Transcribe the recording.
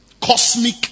cosmic